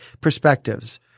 perspectives